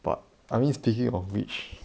but I mean speaking of which